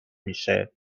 میشه